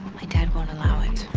my dad won't allow it